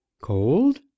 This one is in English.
Cold